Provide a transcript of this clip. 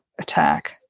attack